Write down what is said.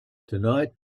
tonight